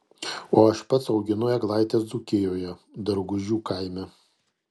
o aš pats auginu eglaites dzūkijoje dargužių kaime